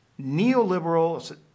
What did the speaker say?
neoliberal